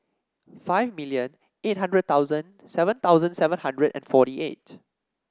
five million eight hundred thousand seven thousand seven hundred and fourty eight